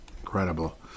incredible